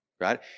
right